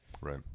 Right